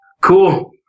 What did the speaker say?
Cool